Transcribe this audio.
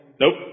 Nope